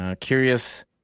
curious